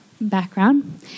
background